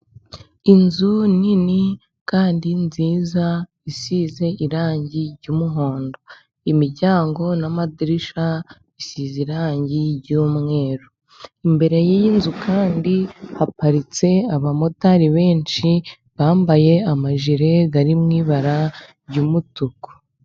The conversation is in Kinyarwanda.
Inzu nini kandi nziza isize irangi ry'umuhondo, imiryango n'amadirishya isize irangi ry'umweru, imbere y'inzu kandi haparitse abamotari benshi, bambaye amajire ari mu ibara ry'umutuku.